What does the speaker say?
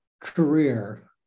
career